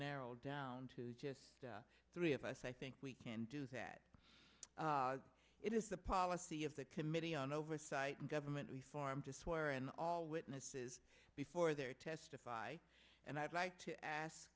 narrowed down to just three of us i think we can do that it is the policy of the committee on oversight and government reform to swear in all witnesses before their testify and i'd like to ask